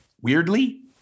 weirdly